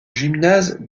gymnase